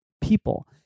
people